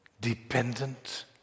Dependent